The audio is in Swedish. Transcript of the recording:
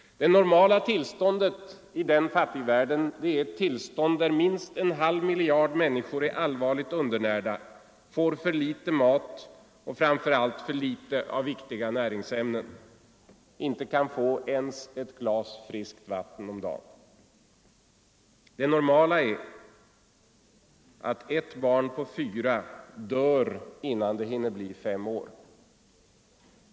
Det ”normala” tillståndet i fattigvärlden är ett tillstånd där minst en halv miljard människor är allvarligt undernärda, får för litet mat och framför allt för litet av viktiga näringsämnen och inte ens kan få ett glas friskt vatten om dagen. Det ”normala” är att ett barn på fyra dör innan det hinner bli fem år.